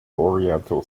oriental